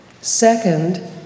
Second